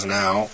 now